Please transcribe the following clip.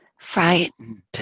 frightened